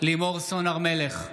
לימור סון הר מלך,